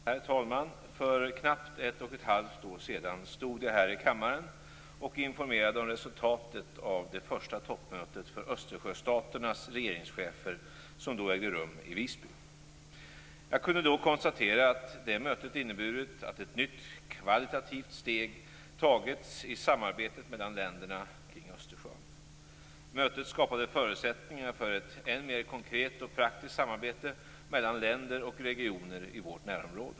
Herr talman! För knappt ett och ett halvt år sedan stod jag här i kammaren och informerade om resultatet av det första toppmötet för Östersjöstaternas regeringschefer som ägde rum i Visby. Jag kunde då konstatera att det mötet inneburit att ett nytt kvalitativt steg tagits i samarbetet mellan länderna kring Östersjön. Mötet skapade förutsättningar för ett än mer konkret och praktiskt samarbete mellan länder och regioner i vårt närområde.